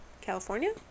California